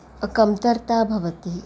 कम्तर्ता भवति